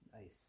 nice